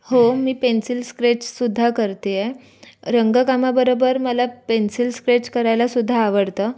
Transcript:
हो मी pencil sketch सुद्धा करते आहे रंगकामाबरोबर मला पेन्सिल स्केच करायला सुद्धा आवडतं